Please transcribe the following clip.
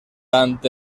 tant